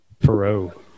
Perot